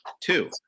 two